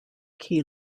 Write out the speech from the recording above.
key